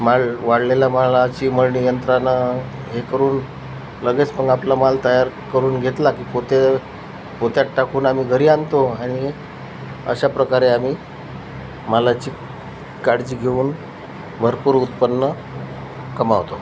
माल वाळलेला मालाची मळणी यंत्रानं हे करून लगेच मग आपला माल तयार करून घेतला की पोते पोत्यात टाकून आम्ही घरी आणतो आणि अशा प्रकारे आम्ही मालाची काळजी घेऊन भरपूर उत्पन्न कमावतो